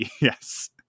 Yes